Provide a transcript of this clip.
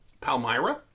Palmyra